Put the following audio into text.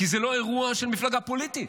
כי זה לא אירוע של מפלגה פוליטית,